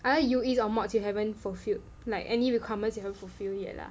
either U_Es or mods you haven't fulfilled like any requirements you haven't fulfill yet lah